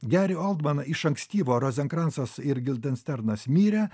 geri oldman iš ankstyvo rozenkrancas ir gildensternas mirę